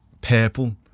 purple